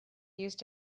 used